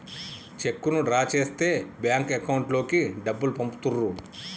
చెక్కును డ్రా చేస్తే bank account లోకి డబ్బులు పంపుతుర్రు